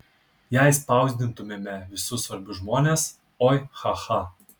jei spausdintumėme visus svarbius žmones oi cha cha